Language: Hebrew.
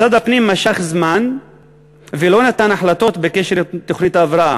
משרד הפנים משך זמן ולא נתן החלטות בקשר לתוכנית ההבראה.